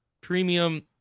premium